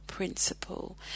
principle